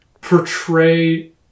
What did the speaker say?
portray